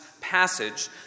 passage